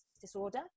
disorder